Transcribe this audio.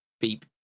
beep